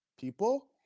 people